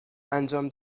انجام